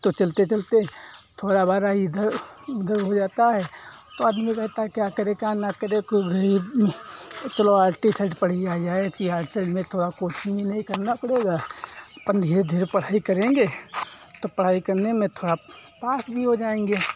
तो चलते चलते थोड़ा हमारा इधर उधर हो जाता है तो आदमी कहता है क्या करें क्या न करें कुछ भी चलो आर्टी साइड पढ़ लिया जाए कि आर्ट साइड में थोड़ा कोचिंग भी नहीं करना पड़ेगा अपन धीरे धीरे पढ़ाई करेंगे तो पढ़ाई करने में थोड़ा पास भी हो जाएँगे